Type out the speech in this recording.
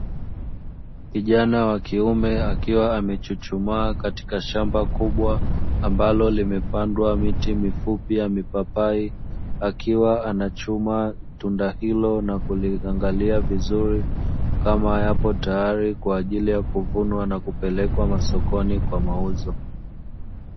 Kijana wa kiume akiwa amechuchumaa katika shamba kubwa ambalo limepandwa miti mifupi ya mipapai, akiwa anachuma tunda hilo na kuliangalia vizuri kama yapo tayari kwa ajili ya kuvunwa na kupelekwa sokoni kwa mauzo.